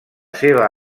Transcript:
seva